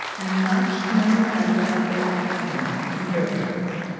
and notched memoranda of their accidents in their legs,